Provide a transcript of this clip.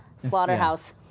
Slaughterhouse